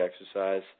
exercise